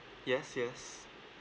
yes yes